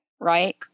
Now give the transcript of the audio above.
right